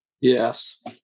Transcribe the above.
Yes